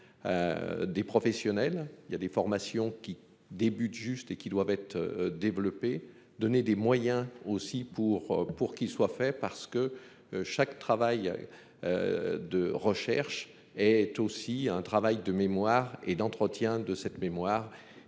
Des professionnels, il y a des formations qui débute juste et qui doivent être développées. Donner des moyens aussi pour pour qu'ils soient faits, parce que chaque travail. De recherche est aussi un travail de mémoire et d'entretien de cette mémoire